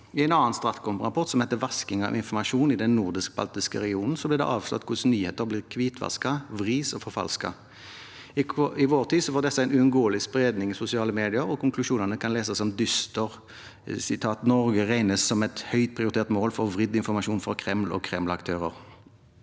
I en annen StratCom-rapport, som heter Vasking av informasjon i den nordisk-baltiske regionen, blir det avslørt hvordan nyheter blir hvitvasket, vridd og forfalsket. I vår tid får dette en uunngåelig spredning i sosiale medier, og konklusjonene kan leses som dystre: Norge regnes som et høyt prioritert mål for vridd informasjon fra Kreml og Kreml-aktører.